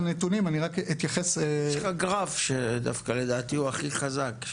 יש לך גרף שלא הראית אותו, שלדעתי הוא הכי חזק.